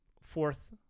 Fourth